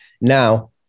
now